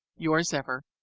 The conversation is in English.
yours ever,